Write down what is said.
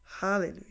Hallelujah